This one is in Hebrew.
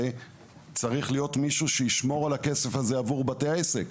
צריך להיות מישהו שישמור על הכסף הזה עבור בתי העסק.